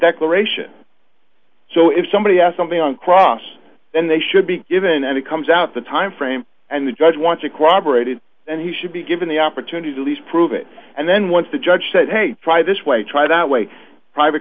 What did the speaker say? declaration so if somebody asked something on cross then they should be given and it comes out the time frame and the judge wants it cooperated and he should be given the opportunity to lease prove it and then once the judge said hey try this way try that way private